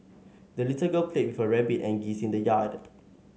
the little girl played with her rabbit and geese in the yard